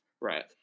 Right